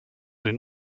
den